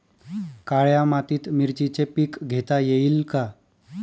काळ्या मातीत मिरचीचे पीक घेता येईल का?